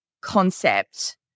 concept